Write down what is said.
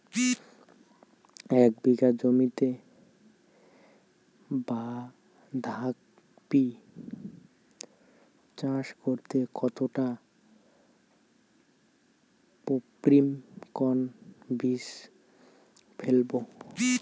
এক বিঘা জমিতে বাধাকপি চাষ করতে কতটা পপ্রীমকন বীজ ফেলবো?